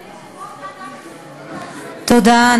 אדוני יושב-ראש ועדת הכספים, תודה.